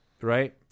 Right